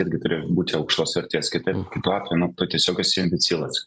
irgi turi būti aukštos vertės kitaip kitu atveju nu tu tiesiog esi ambicilas